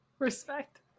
Respect